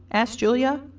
asked julia.